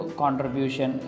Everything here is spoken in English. contribution